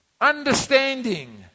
understanding